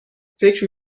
فکر